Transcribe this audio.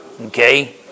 Okay